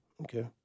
okay